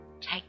Take